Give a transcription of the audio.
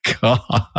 God